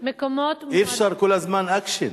מקומות מועדים, אי-אפשר כל הזמן אקשן.